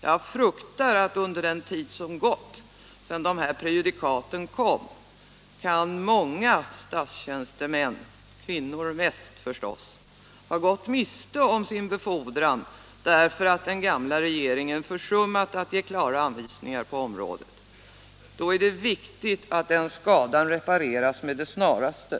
Jag fruktar att under den tid som gått sedan prejudikaten kom kan många statstjänstemän Nr 132 —- kvinnor mest förstås — ha gått miste om befordran därför att den gamla Måndagen den regeringen försummat att ge klara anvisningar på området. Då är det 16 maj 1977 viktigt att den skadan repareras med det snaraste.